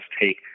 take